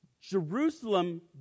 Jerusalem